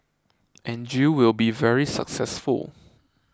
and you will be very successful